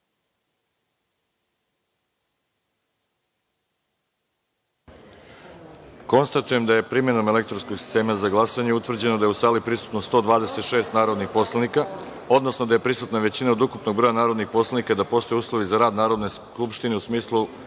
glasanje. Konstatujem da je, primenom elektronskog sistema za glasanje, utvrđeno da je u sali prisutno 126 narodnih poslanika, odnosno da je prisutna većina od ukupnog broja narodnih poslanika i da postoje uslovi za rad Narodne skupštine, u smislu